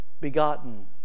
begotten